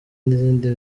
n’indi